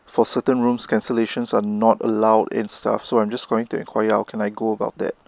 for certain rooms cancellations are not allowed in stuff so I'm just calling to enquire how can I go about that